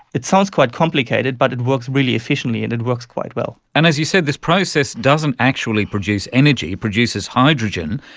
it sounds quite complicated but it works really efficiently and it works quite well. and as you said, this process doesn't actually produce energy, it produces hydrogen.